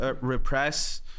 repress